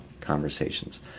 conversations